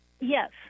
Yes